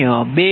u છે